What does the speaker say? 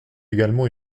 également